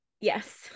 Yes